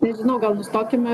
nežinau gal nustokime